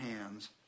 hands